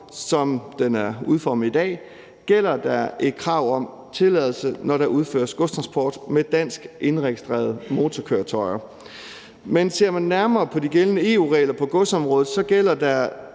som den er udformet dag, gælder der et krav om tilladelse, når der udføres godstransport med dansk indregistrerede motorkøretøjer. Men ser man nærmere på de gældende EU-regler på godsområdet, gælder der